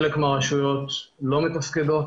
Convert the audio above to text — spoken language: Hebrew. חלק מהרשויות לא מתפקדות,